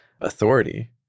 authority